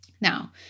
Now